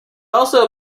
also